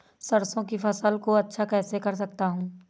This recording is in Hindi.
सरसो की फसल को अच्छा कैसे कर सकता हूँ?